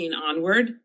onward